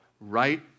right